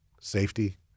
safety